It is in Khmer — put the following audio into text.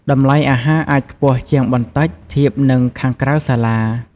តម្លៃអាហារអាចខ្ពស់ជាងបន្តិចធៀបនឹងខាងក្រៅសាលា។